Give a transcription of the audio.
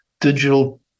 digital